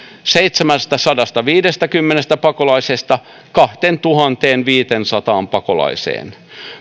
seitsemästäsadastaviidestäkymmenestä pakolaisesta kahteentuhanteenviiteensataan pakolaiseen